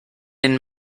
den